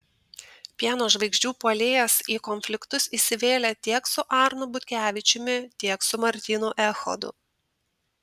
pieno žvaigždžių puolėjas į konfliktus įsivėlė tiek su arnu butkevičiumi tiek su martynu echodu